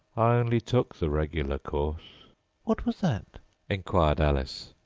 i only took the regular course what was that inquired alice.